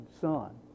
son